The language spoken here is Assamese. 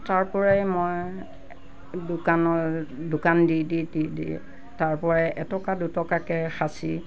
তাৰপৰাই মই দোকানৰ দোকান দি দি দি দি তাৰ পৰাই এটকা দুটকাকৈ সাঁচি